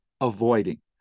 avoiding